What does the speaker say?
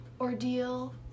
ordeal